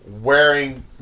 wearing